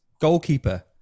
goalkeeper